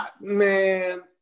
man